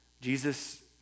Jesus